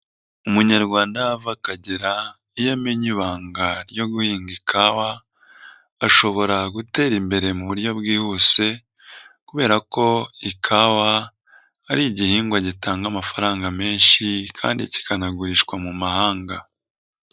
Umunyarwanda aho ava akagera iyo amenya ibanga ryo guhinga ikawa ashobora gutera imbere mu buryo bwihuse kubera ko ikawa ari igihingwa gitanga amafaranga menshi, kandi kikanagurishwa mu mahanga.